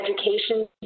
education